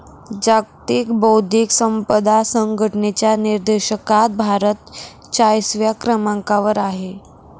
जागतिक बौद्धिक संपदा संघटनेच्या निर्देशांकात भारत चाळीसव्या क्रमांकावर आहे